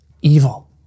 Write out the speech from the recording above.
evil